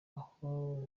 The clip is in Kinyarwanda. aho